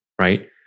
Right